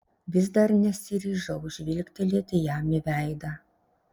vis dar nesiryžau žvilgtelėti jam į veidą